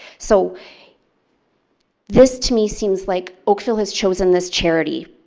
so this to me seems like oakville has chosen this charity,